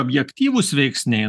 objektyvūs veiksniai